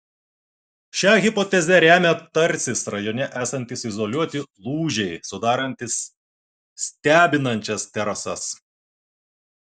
šią hipotezę remia tarsis rajone esantys izoliuoti lūžiai sudarantys stebinančias terasas